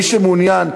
מי שמעוניין,